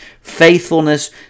faithfulness